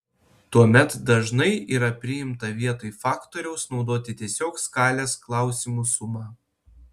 tuomet dažnai yra priimta vietoj faktoriaus naudoti tiesiog skalės klausimų sumą